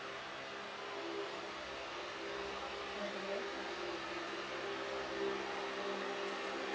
mmhmm